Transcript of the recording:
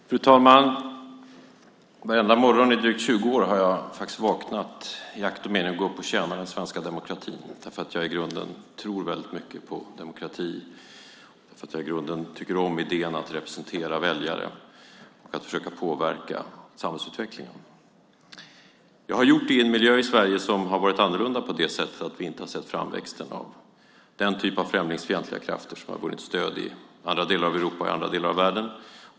Fru talman! Varenda morgon i drygt 20 år har jag vaknat i akt och mening att gå upp och tjäna den svenska demokratin därför att jag i grunden tror väldigt mycket på demokrati och tycker om idén att representera väljare och försöka påverka samhällsutvecklingen. Jag har gjort det i en miljö i Sverige som har varit annorlunda på det sättet att vi inte har sett framväxten av den typ av främlingsfientliga krafter som har vunnit stöd i andra delar av Europa och världen.